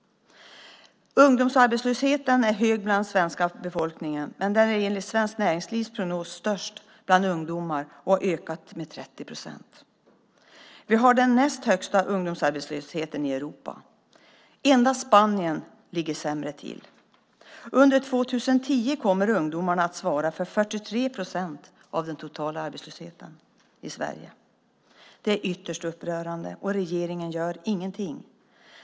Arbetslösheten är hög bland den svenska befolkningen, men den är enligt Svenskt Näringslivs prognos störst bland ungdomar och har ökat med 30 procent. Vi har den näst högsta ungdomsarbetslösheten i Europa. Endast Spanien ligger sämre till. Under 2010 kommer ungdomarna att svara för 43 procent av den totala arbetslösheten i Sverige. Det är ytterst upprörande, och regeringen gör ingenting.